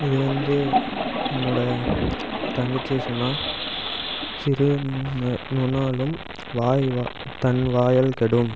இது வந்து என்னோடய தங்கச்சி சொன்னாள் சிறு நுனாலும் வாய் வ தன் வாயால் கெடும்